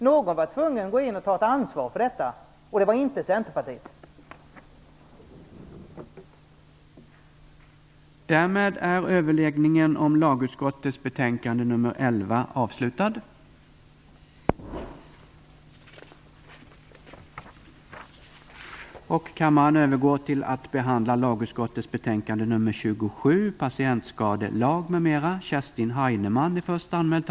Någon var tvungen att gå in och ta ett ansvar, och det var inte Centerpartiet som gjorde det.